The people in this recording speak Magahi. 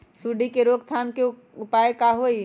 सूंडी के रोक थाम के उपाय का होई?